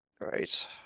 Right